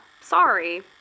Sorry